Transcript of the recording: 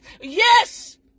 yes